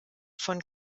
von